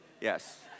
Yes